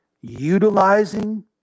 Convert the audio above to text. utilizing –